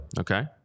Okay